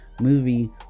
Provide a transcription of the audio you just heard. movie